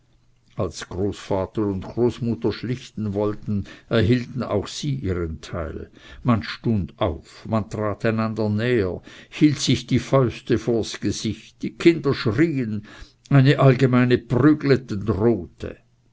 als großvater und großmutter schlichten wollten erhielten sie auch ihren teil man stund auf man trat einander näher hielt sich die fäuste vors gesicht die kinder schrien eine allgemeine prügleten drohte